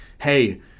hey